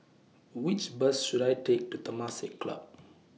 Which Bus should I Take to Temasek Club